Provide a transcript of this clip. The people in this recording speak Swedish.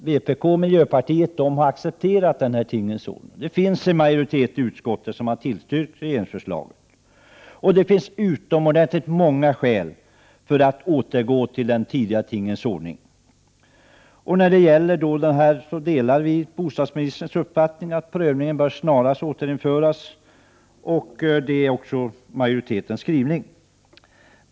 Vpk och miljöpartiet har accepterat den ordning som råder. Det finns en majoritet i utskottet för tillstyrkande av regeringsförslaget, och det finns utomordentligt många skäl för att återgå till tingens tidigare ordning. Vi delar bostadsministerns uppfattning att produktionskostnadsprövningen snarast bör återinföras, och det är också vad majoriteten förordar.